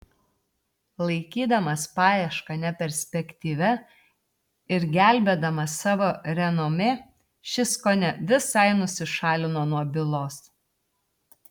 laikydamas paiešką neperspektyvia ir gelbėdamas savo renomė šis kone visai nusišalino nuo bylos